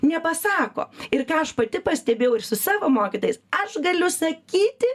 nepasako ir ką aš pati pastebėjau ir su savo mokytojais aš galiu sakyti